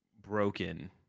broken